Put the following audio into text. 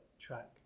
track